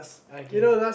okay